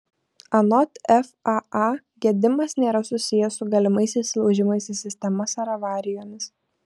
anot faa gedimas nėra susijęs su galimais įsilaužimais į sistemas ar avarijomis